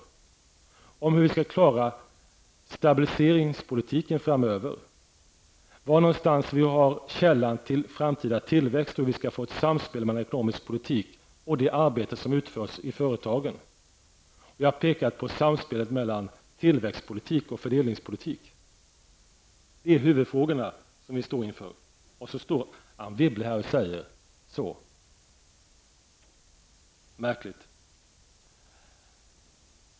Det gäller hur vi skall klara stabiliseringspolitiken framöver, var vi har källan till framtida tillväxt och hur vi skall få ett samspel mellan ekonomisk politik och det arbete som utförs i företagen. Jag har pekat på samspelet mellan tillväxtpolitik och fördelningspolitik. Det är de huvudfrågor som vi står inför. Och så står Anne Wibble här och frågar på det sättet -- märkligt.